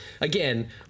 Again